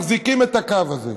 מחזיקים את הקו הזה.